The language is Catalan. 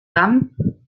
camp